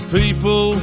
people